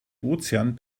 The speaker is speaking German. ozean